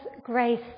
grace